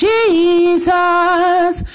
Jesus